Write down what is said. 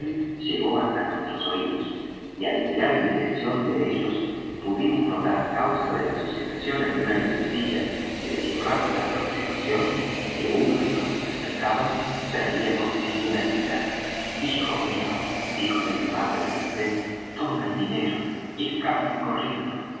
llegó hasta nuestros oídos y al mirar en dirección de ellos pudimos notar á causa de las oscilaciones de una lucecilla y de su rápida aproximación que uno de los que se acercaban traía consigo una linterna hijo mío díjome mi madre de repente toma el dinero y escápate corriendo